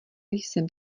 jsem